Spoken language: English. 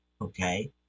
Okay